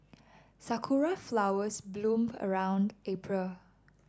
sakura flowers bloom around April